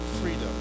freedom